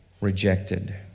rejected